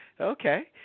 okay